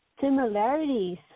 similarities